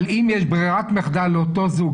אבל אם יש ברירת מחדל לאותו זוג,